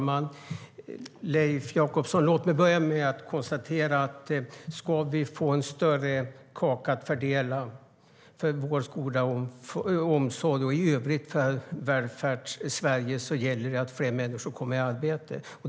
Herr talman! Låt mig börja med att konstatera, Leif Jakobsson, att det gäller att fler människor kommer i arbete om vi ska få en större kaka att fördela på vård, skola och omsorg - och i övrigt på Välfärdssverige.